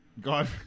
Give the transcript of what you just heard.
God